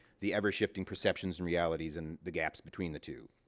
the ever shifting perceptions and realities, and the gaps between the two.